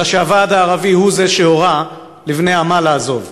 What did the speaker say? אלא הוועד הערבי הוא שהורה לבני עמה לעזוב.